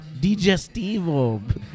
Digestivo